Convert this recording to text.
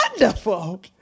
wonderful